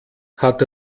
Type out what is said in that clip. hat